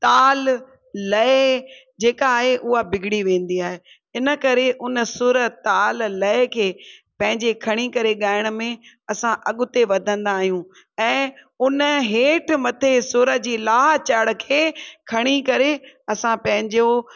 ताल लय जेका आहे उहा बिगिड़ी वेंदी आहे इन करे उन सुर ताल लय खे पंहिंजे खणी करे ॻाइण में असां अॻिते वधंदा आहियूं ऐं उन हेठि मथे सुर जी लाह चाढ़ खे खणी करे असां पंहिंजो